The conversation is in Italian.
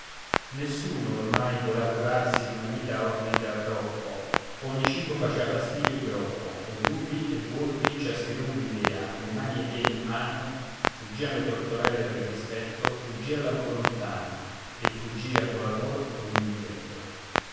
nessuno ormai volea curarsi d'una vita orrida troppo ogni cibo facea fastidio e groppo e lupi e volpi ciaschedun vivea le mani e i piedi in mano fuggian le tortorelle per dispetto fuggia l'amor lontano e fuggia coll'amor ogni diletto